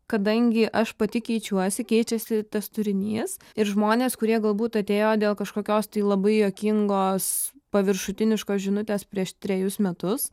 kadangi aš pati keičiuosi keičiasi tas turinys ir žmonės kurie galbūt atėjo dėl kažkokios tai labai juokingos paviršutiniškos žinutės prieš trejus metus